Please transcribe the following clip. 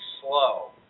slow